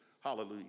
Hallelujah